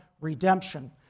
redemption